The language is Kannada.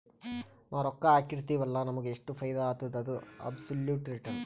ನಾವ್ ರೊಕ್ಕಾ ಹಾಕಿರ್ತಿವ್ ಅಲ್ಲ ನಮುಗ್ ಎಷ್ಟ ಫೈದಾ ಆತ್ತುದ ಅದು ಅಬ್ಸೊಲುಟ್ ರಿಟರ್ನ್